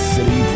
City